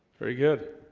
very good